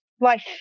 life